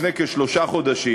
לפני כשלושה חודשים,